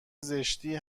زشتی